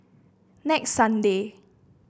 next Sunday